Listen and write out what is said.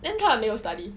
then 他也没有 study